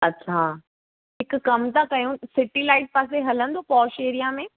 अच्छा हिकु कम था कयूं सिटी लाइट पासे हलंदो पोश एरिआ में